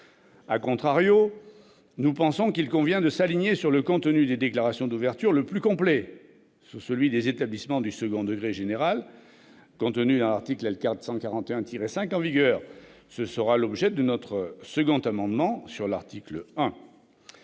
nous pensons qu'il convient de s'aligner sur le contenu des déclarations d'ouverture le plus complet, soit celui des établissements du second degré général contenu dans l'article L. 441-5 en vigueur. Ce sera l'objet de notre deuxième amendement sur l'article 1.